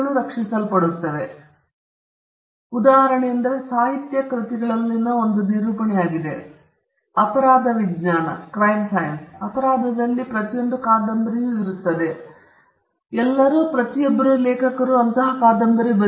ಈಗ ಉತ್ತಮ ಉದಾಹರಣೆಯೆಂದರೆ ಸಾಹಿತ್ಯಕ ಕೃತಿಗಳಲ್ಲಿನ ಒಂದು ನಿರೂಪಣೆಯಾಗಿದೆ ಅಪರಾಧ ವಿಜ್ಞಾನ ನೀವು ಅಪರಾಧದಲ್ಲಿ ಪ್ರತಿಯೊಂದು ಕಾದಂಬರಿಯೂ ಅದನ್ನು ಮಾಡಿದವರು ಅಥವಾ ಯಾರೊಬ್ಬರು ಏನಾದರೂ ಮಾಡಿದ್ದಾರೆ ಎಂದು ನೋಡಿದ್ದೀರಿ